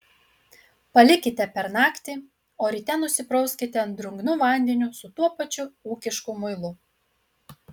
palikite per naktį o ryte nusiprauskite drungnu vandeniu su tuo pačiu ūkišku muilu